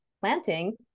planting